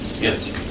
Yes